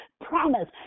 promise